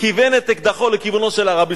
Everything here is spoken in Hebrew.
כיוון את אקדחו לכיוונו של הרבי.